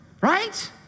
right